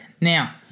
Now